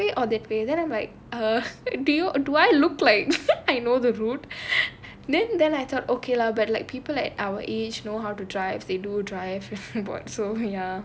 we should go this way or that way then I'm like !huh! do you uh do I look like I know the route then then I thought okay lah but like people at our age you know how to drive they do drive for freeboard through ya